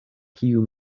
kiu